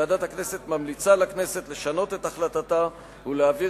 ועדת הכנסת ממליצה לכנסת לשנות את החלטתה ולהעביר